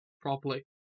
properly